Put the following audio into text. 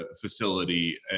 facility